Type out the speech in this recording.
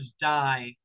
die